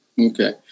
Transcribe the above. Okay